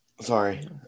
Sorry